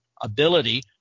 ability